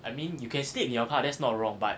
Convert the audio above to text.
I mean you can sleep in your car that's not wrong but